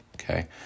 okay